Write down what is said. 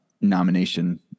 nomination